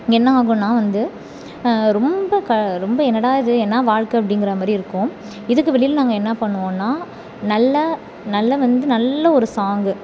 என்ன ஆகும்ன்னா வந்து ரொம்ப க ரொம்ப என்னடா இது என்ன வாழ்க்கை அப்படிங்கிற மாதிரி இருக்கும் இதுக்கு வெளியில் நாங்கள் என்ன பண்ணுவோன்னால் நல்ல நல்ல வந்து நல்ல ஒரு சாங்கு